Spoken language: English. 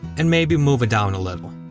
and maybe move it down a little.